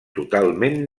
totalment